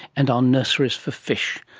and our nurseries for fish.